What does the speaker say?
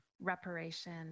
reparation